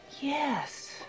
Yes